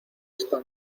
esta